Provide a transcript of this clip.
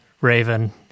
raven